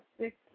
six